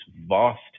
vast